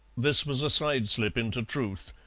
this was a side-slip into truth.